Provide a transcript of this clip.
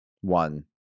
one